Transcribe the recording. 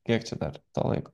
kiek čia dar to laiko